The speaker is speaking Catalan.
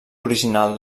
original